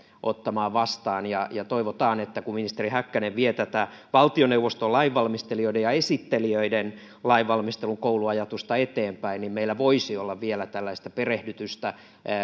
ottamaan vastaan toivotaan että kun ministeri häkkänen vie tätä valtioneuvoston lainvalmistelijoiden ja esittelijöiden lainvalmistelukouluajatusta eteenpäin niin meillä voisi olla vielä tällaista lisäperehdytystä